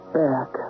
back